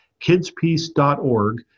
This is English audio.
kidspeace.org